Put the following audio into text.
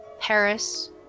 Paris